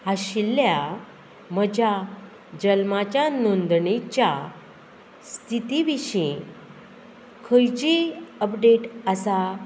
आशिल्ल्या म्हज्या जल्माच्या नोंदणीच्या स्थिती विशीं खंयचीय अपडेट आसा